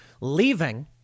leaving